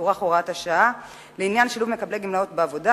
ותוארך הוראת השעה לעניין שילוב מקבלי גמלאות בעבודה,